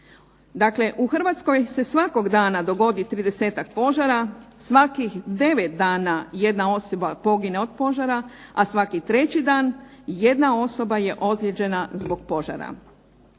Dakle, u Hrvatskoj se svakog dana dogodi 30-tak požara, svakih 9 dana jedna osoba pogine od požara a svaki 3 dan jedna osoba je ozlijeđena zbog požara.